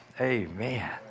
Amen